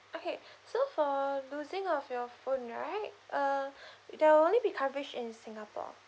okay so for losing of your phone right uh there will only be coverage in singapore